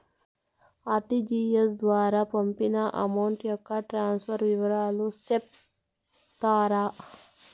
RTGS ద్వారా పంపిన amount యొక్క ట్రాన్స్ఫర్ వివరాలు సెప్తారా